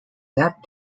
that